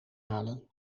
halen